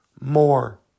more